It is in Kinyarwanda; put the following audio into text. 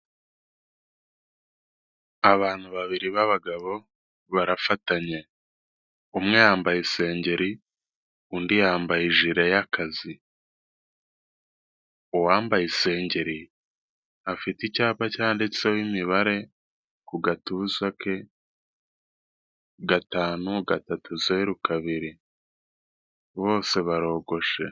Abantu babiri b'abagabo, barafatanye. Umwe yambaye isengeri, undi yambaye ijire y'akazi. Uwambaye isengeri afite icyapa cyanditseho imibare ku gatuza ke, gatanu, gatatu, zaru, kabiri. Bose barogoshe.